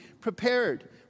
prepared